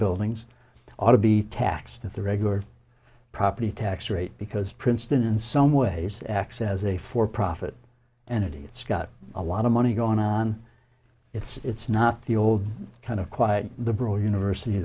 buildings ought to be taxed at the regular property tax rate because princeton in some ways acts as a for profit entity it's got a lot of money going on it's not the old kind of quiet the pro university